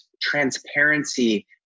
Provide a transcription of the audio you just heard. transparency